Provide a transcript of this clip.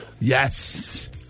Yes